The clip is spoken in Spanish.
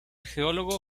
geólogo